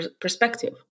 perspective